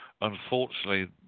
Unfortunately